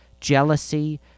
jealousy